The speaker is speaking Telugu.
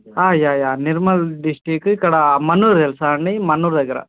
అయ్యే అయ్యే నిర్మల్ డిస్టిక్ ఇక్కడా మన్నూర్ తెలుసా అండీ మన్నూర్ దగ్గర